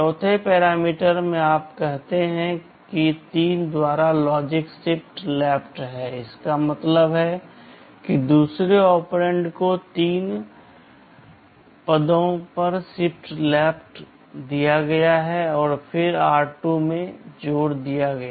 चौथे पैरामीटर में आप कहते हैं कि 3 द्वारा लॉजिक शिफ्ट लेफ्ट हैं इसका मतलब है कि दूसरे ऑपरेंड को तीन पदों पर शिफ्ट लेफ्ट दिया गया और फिर r2 में जोड़ा गया